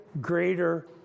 greater